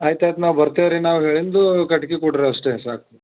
ಆಯ್ತು ಆಯ್ತು ನಾವು ಬರ್ತಿವಿ ರೀ ನಾವು ಹೇಳಿಂದು ಕಟ್ಕಿ ಕೊಡ್ರೆ ಅಷ್ಟೆ ಸಾಕು